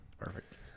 Perfect